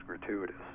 gratuitous